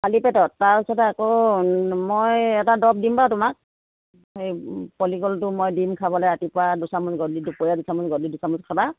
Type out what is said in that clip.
খালী পেটত তাৰপিছতে আকৌ মই এটা দৰৱ দিম বাৰু তোমাক সেই পলিকলটো মই দিম খাবলে ৰাতিপুৱা দুচামোচ